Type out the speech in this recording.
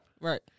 Right